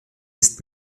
ist